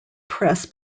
press